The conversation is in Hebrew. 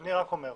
אני רק אומר.